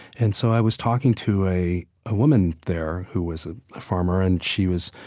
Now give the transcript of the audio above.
and so i was talking to a a woman there who was ah a farmer, and she was,